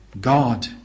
God